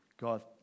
God